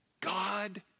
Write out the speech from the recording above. God